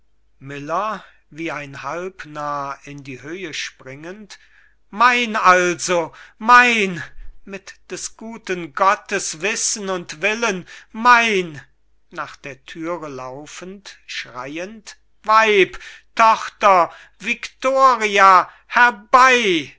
springend mein also mein mit des guten gottes wissen und willen mein nach der thür laufend schreiend weib tochter victoria herbei